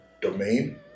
domain